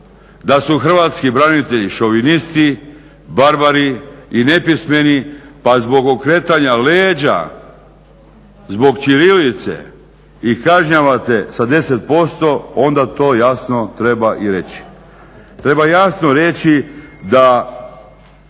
da su hrvatski branitelji šovinisti, barbari i nepismeni pa zbog okretanja leđa, zbog ćirilice ih kažnjavate sa 10% onda to jasno treba i reći. Treba jasno reći da